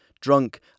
drunk